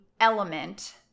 element